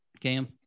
cam